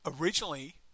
Originally